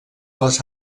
les